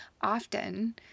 often